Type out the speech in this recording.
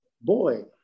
boy